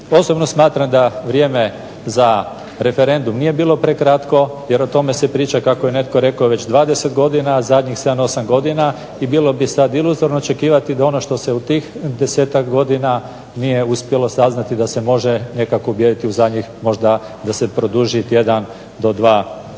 Osobno smatram da vrijeme za referendum nije bilo prekratko, jer o tome se priča kako je netko rekao već 20 godina, a zadnjih 7, 8 godina i bilo bi sad iluzorno očekivati da ono što se u tih desetak godina nije uspjelo saznati da se može nekako uvjeriti u zadnjih možda da se produži tjedan do dva dana.